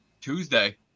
Tuesday